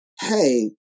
hey